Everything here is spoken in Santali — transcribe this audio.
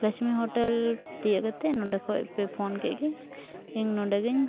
ᱞᱚᱪᱷᱢᱤ ᱦᱳᱴᱮᱞ ᱛᱤᱭᱳᱜ ᱠᱟᱛᱮᱫ ᱱᱚᱸᱰᱮ ᱠᱷᱚᱡᱯᱮ ᱠᱮᱫᱜᱮ ᱤᱧ ᱱᱚᱸᱰᱮᱜᱮᱧ